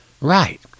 right